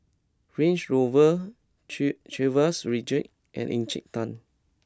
Range Rover Chivas Regal and Encik Tan